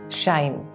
shine